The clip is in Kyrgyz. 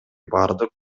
бардык